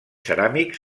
ceràmics